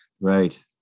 Right